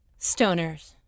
Stoners